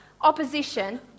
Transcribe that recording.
opposition